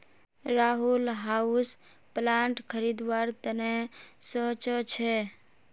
Rahul houseplant खरीदवार त न सो च छ